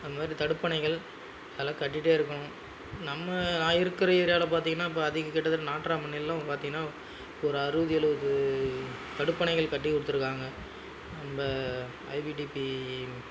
அந்தமாதிரி தடுப்பணைகள் அதலாம் கட்டிகிட்டே இருக்கணும் நம்ம நான் இருக்கிற ஏரியாவில் பார்த்திங்கனா இப்போ அதிக கிட்டத்தட்ட பார்த்திங்கனா ஒரு அறுபது எழுபது தடுப்பணைகள் கட்டி கொடுத்துருக்காங்க நம்ப ஐவிடிபி